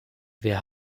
wir